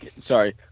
Sorry